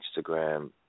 Instagram